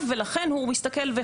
ולכן הוא מסתכל והחליט מה הוא מפרסם.